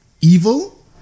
Evil